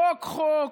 חוק-חוק,